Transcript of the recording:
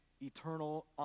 eternal